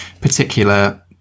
particular